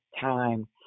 time